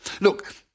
Look